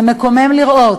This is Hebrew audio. זה מקומם לראות,